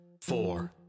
four